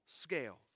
scale